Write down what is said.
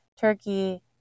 turkey